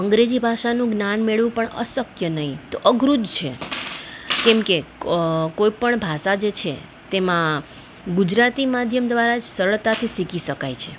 અંગ્રેજી ભાષાનું જ્ઞાન મેળવવું પણ અશક્ય નહીં તો અઘરું જ છે કેમ કે કોઈ પણ ભાષા જે છે તેમાં ગુજરાતી માધ્યમ દ્વારા જ સરળતાથી શીખી શકાય છે